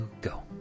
go